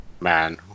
Man